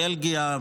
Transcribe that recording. בלגיה,